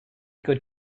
good